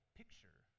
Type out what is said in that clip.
picture